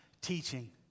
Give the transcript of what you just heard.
teaching